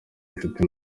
inshuti